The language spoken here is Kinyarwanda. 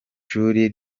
ishuri